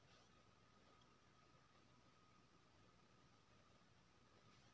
श्रीमान बासमती धान कैए मअन के कट्ठा दैय छैय?